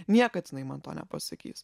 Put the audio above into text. niekad jinai man to nepasakys